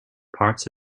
parts